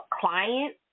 clients